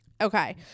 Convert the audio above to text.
Okay